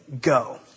go